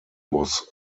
was